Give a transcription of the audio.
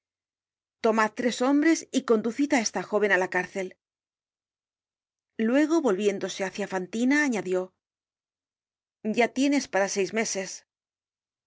tomad tres hombres y conducid á esta jóven á la cárcel luego volviéndose hácia fantina añadió ya tienes para seis meses